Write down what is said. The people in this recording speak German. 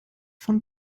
von